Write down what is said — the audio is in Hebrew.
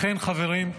לכן, חברים,